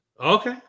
Okay